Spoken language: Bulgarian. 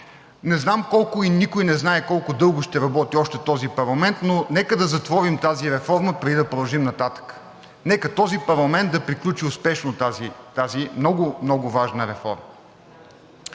Не знам колко и никой не знае колко дълго ще работи още този парламент, но затова Ви призовавам: нека да затворим тази реформа, преди да продължим нататък, нека този парламент да приключи успешно тази много, много важна реформа.